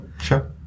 Sure